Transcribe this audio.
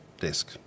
desk